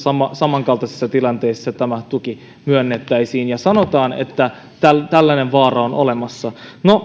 samankaltaisissa tilanteissa tämä tuki myönnettäisiin ja sanotaan että tällainen vaara on olemassa